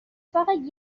فقط